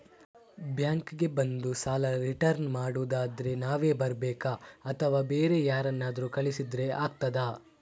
Bank ಗೆ ಬಂದು ಸಾಲ ರಿಟರ್ನ್ ಮಾಡುದಾದ್ರೆ ನಾವೇ ಬರ್ಬೇಕಾ ಅಥವಾ ಬೇರೆ ಯಾರನ್ನಾದ್ರೂ ಕಳಿಸಿದ್ರೆ ಆಗ್ತದಾ?